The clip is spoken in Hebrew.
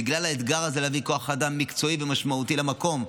בגלל האתגר הזה להביא כוח אדם מקצועי ומשמעותי למקום.